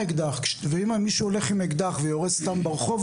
ואם מישהו הולך עם אקדח ויורה סתם ברחוב,